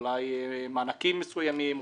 אולי מענקים מסוימים,